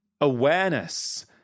awareness